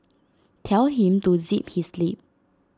tell him to zip his lip